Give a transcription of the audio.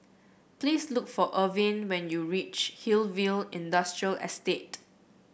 please look for Irvin when you reach Hillview Industrial Estate